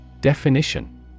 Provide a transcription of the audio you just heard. Definition